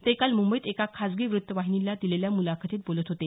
ते काल मुंबईत एका खाजगी वृत्तवाहिनीला दिलेल्या मुलाखतीत बोलत होते